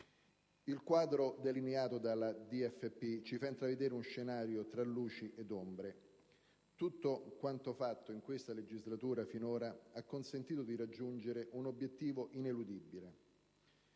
Il quadro delineato dalla DFP ci fa intravedere uno scenario tra luci ed ombre. Tutto quanto fatto in questa legislatura finora ha consentito di raggiungere un obiettivo ineludibile: